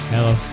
Hello